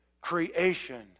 creation